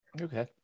Okay